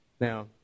Now